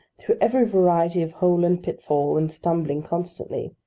through every variety of hole and pitfall, and stumbling constantly.